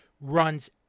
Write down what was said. runs